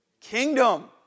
Kingdom